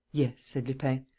yes, said lupin.